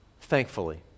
thankfully